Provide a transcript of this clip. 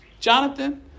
Jonathan